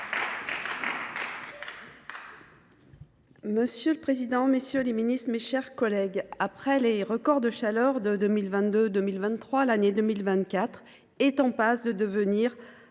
Monsieur le président, messieurs les ministres, mes chers collègues, après les records de chaleur de 2022 et 2023, l’année 2024 est en passe de détenir